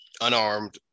unarmed